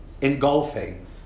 engulfing